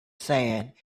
sand